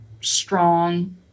strong